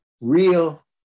real